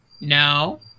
No